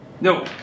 No